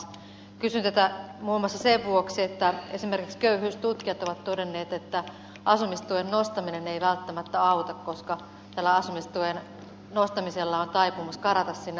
kysyn tätä muun muassa sen vuoksi että esimerkiksi köyhyystutkijat ovat todenneet että asumistuen nostaminen ei välttämättä auta koska tällä asumistuen nostamisella on taipumus karata sinne asuntojen hintoihin